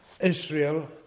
Israel